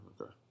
Okay